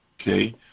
okay